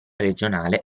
regionale